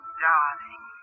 darling